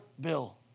bill